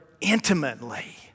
intimately